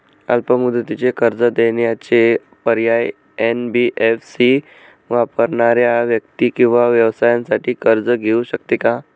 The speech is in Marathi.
अल्प मुदतीचे कर्ज देण्याचे पर्याय, एन.बी.एफ.सी वापरणाऱ्या व्यक्ती किंवा व्यवसायांसाठी कर्ज घेऊ शकते का?